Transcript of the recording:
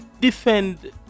defend